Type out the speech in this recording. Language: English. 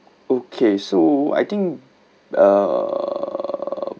okay so I think err